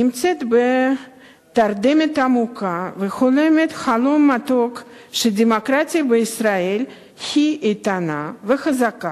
נמצאת בתרדמת עמוקה וחולמת חלום מתוק שהדמוקרטיה בישראל היא איתנה וחזקה